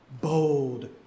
bold